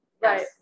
Right